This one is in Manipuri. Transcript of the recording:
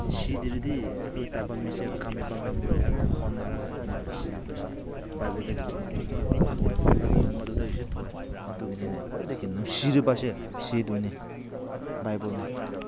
ꯁꯤꯗ꯭ꯔꯗꯤ ꯑꯩꯈꯣꯏ ꯇꯥꯏꯕꯪ ꯃꯤꯁꯦ ꯀꯟꯕꯤꯕ ꯉꯝꯂꯣꯏ ꯍꯥꯏꯅ ꯍꯣꯠꯅꯔꯒ ꯃꯥꯅ ꯁꯤꯕꯁꯦ ꯕꯥꯏꯕꯜꯗꯒꯤ ꯂꯣꯏꯅꯃꯛ ꯐꯪꯉꯦ ꯑꯗꯨ ꯃꯗꯨꯗꯒꯤꯁꯨ ꯊꯣꯛꯑꯦ ꯑꯗꯨꯒꯤꯅꯤꯅꯦ ꯈ꯭ꯋꯥꯏꯗꯒꯤ ꯅꯨꯡꯁꯤꯔꯤꯕꯁꯦ ꯁꯤꯗꯨꯅꯤ ꯕꯥꯏꯕꯜꯅꯤ